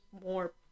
more